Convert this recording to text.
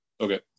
Okay